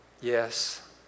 Yes